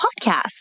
podcast